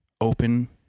open